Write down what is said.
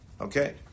Okay